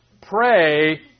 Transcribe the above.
pray